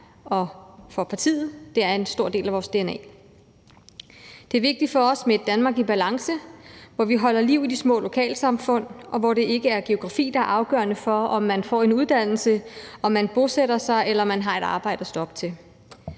og for partiet; det er en stor del af vores dna. Det er vigtigt for os med et Danmark i balance, hvor vi holder liv i de små lokalsamfund, og hvor det ikke er geografi, der er afgørende for, om man får en uddannelse, om man bosætter sig, eller om man har et arbejde at stå op til.